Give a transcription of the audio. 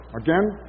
again